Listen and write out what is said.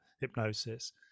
hypnosis